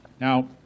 Now